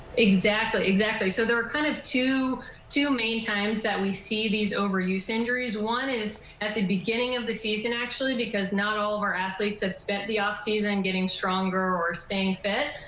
exactly. so there are kind of two two main times that we see these overuse injuries. one is at the beginning of the season actually because not all of our athletes have spent the offseason getting stronger or staying filt.